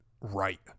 right